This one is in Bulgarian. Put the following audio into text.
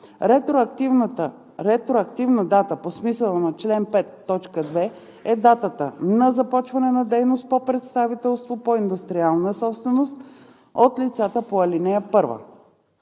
Ретроактивна дата по смисъла на ал. 5, т. 2 е датата на започване на дейност по представителство по индустриална собственост от лицата по ал. 1.